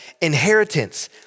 inheritance